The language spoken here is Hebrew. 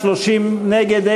30 נגד,